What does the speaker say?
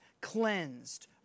cleansed